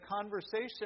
conversation